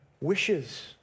wishes